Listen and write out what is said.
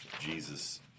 Jesus